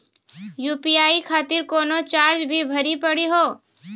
UPI खातिर कोनो charge भी भरी पड़ी हो?